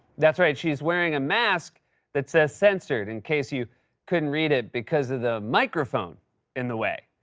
that's right, she's wearing a mask that says censored, in case you couldn't read it because of the microphone in the way.